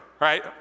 right